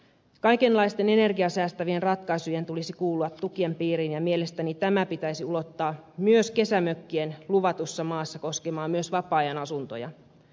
kaikenlaisten energiaa säästävien ratkaisujen tulisi kuulua tukien piiriin ja mielestäni tämä pitäisi ulottaa myös kesämökkien luvatussa maassa koskemaan myös vapaa ajan asuntoja